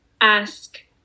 ask